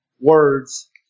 words